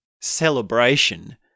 celebration